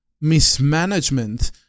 mismanagement